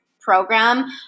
program